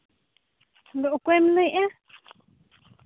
ᱟᱢᱫᱚ ᱚᱠᱚᱭᱮᱢ ᱞᱟᱹᱭᱮᱫᱼᱟ